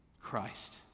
Christ